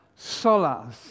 solas